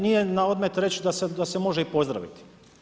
Nije na odmet reći da se može i pozdraviti.